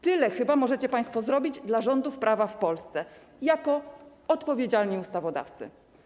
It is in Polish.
Tyle chyba możecie państwo zrobić dla rządów prawa w Polsce jako odpowiedzialni ustawodawcy.